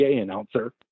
announcer